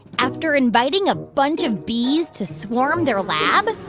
after inviting a bunch of bees to swarm their lab.